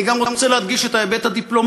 אני רוצה גם להדגיש את ההיבט הדיפלומטי,